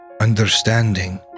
Understanding